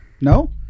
No